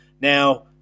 Now